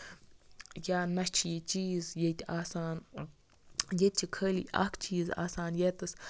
یا نہ چھُ یہِ چیٖز ییٚتہِ آسان ییٚتہِ چھِ خٲلی اکھ چیٖز آسان ییتیس